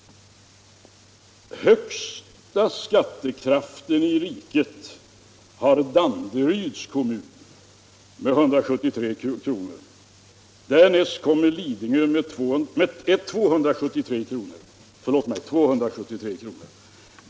Högsta skattekraften i riket har Danderyds kommun med 273 kr.